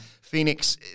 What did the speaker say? Phoenix